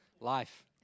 life